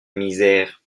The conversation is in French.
misère